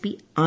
P R